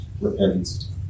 Repentance